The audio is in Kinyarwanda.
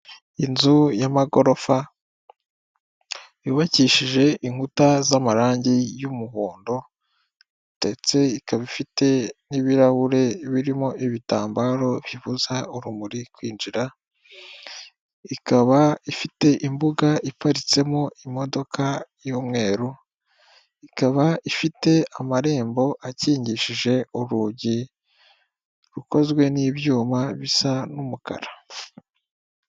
Inzu y'amagorofa yubakishije inkuta z'amarangi y'umuhondo ndetse ikaba ifite n'ibirahure birimo ibitambaro bibuza urumuri kwinjira ikaba ifite imbuga iparitsemo imodoka y'umweru ikaba ifite amarembo akingishije urugi rukozwe n'ibyuma bisa n'umukara.